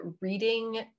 reading